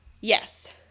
Yes